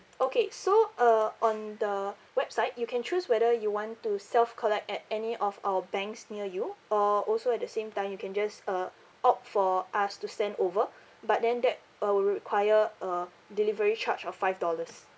okay so uh on the website you can choose whether you want to self collect at any of our banks near you or also at the same time you can just uh opt for us to send over but then that uh will require a delivery charge of five dollars